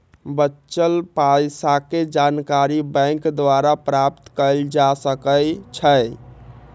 बच्चल पइसाके जानकारी बैंक द्वारा प्राप्त कएल जा सकइ छै